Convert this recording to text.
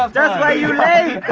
um that's why you late!